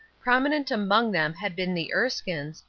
prominent among them had been the erskines,